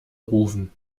rufen